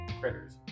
critters